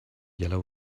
yellow